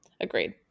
Agreed